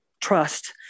trust